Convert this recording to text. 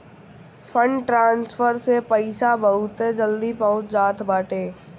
fund transfer से पईसा बहुते जल्दी पहुंच जात बाटे